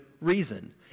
reason